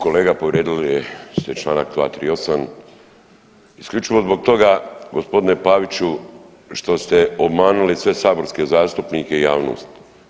Kolega povrijedili ste čl. 238. isključivo zbog toga g. Paviću što ste obmanuli sve saborske zastupnike i javnost.